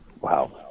Wow